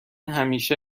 همیشه